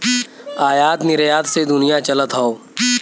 आयात निरयात से दुनिया चलत हौ